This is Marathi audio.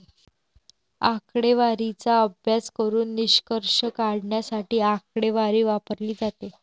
आकडेवारीचा अभ्यास करून निष्कर्ष काढण्यासाठी आकडेवारी वापरली जाते